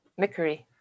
Mickery